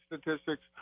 statistics